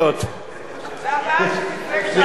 זה הבעיה של מפלגת העבודה.